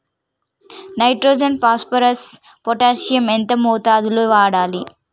Nitrogen phosphorus potassium ఎంత మోతాదు లో వాడాలి?